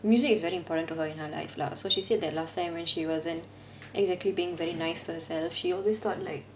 music is very important to her in her life lah so she said that last time when she wasn't exactly being very nice to herself she always got like